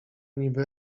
niby